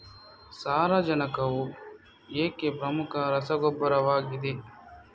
ಸಾರಜನಕವು ಏಕೆ ಪ್ರಮುಖ ರಸಗೊಬ್ಬರವಾಗಿದೆ?